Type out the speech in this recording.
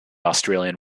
australian